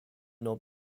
not